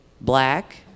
black